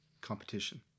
competition